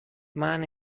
man